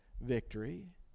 victory